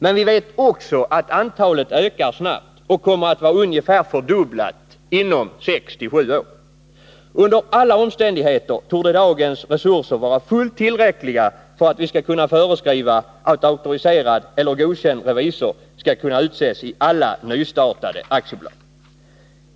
Men vi vet också att antalet ökar snabbt och kommer att vara ungefär fördubblat inom sex sju år. Under alla omständigheter torde dagens resurser vara fullt tillräckliga för att vi skall kunna föreskriva att auktoriserad eller godkänd revisor skall kunna utses i alla nystartade aktiebolag.